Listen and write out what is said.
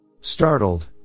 Startled